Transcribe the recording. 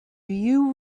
you